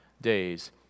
days